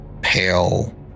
pale